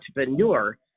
entrepreneur